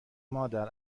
مادر